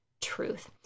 truth